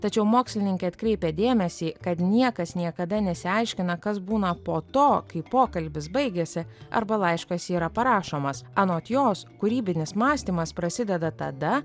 tačiau mokslininkė atkreipia dėmesį kad niekas niekada nesiaiškina kas būna po to kai pokalbis baigiasi arba laiškas yra parašomas anot jos kūrybinis mąstymas prasideda tada